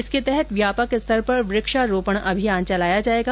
इसके तहत व्यापक स्तर पर वृक्षारोपण अभियान चलाया जाएगा